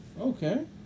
Okay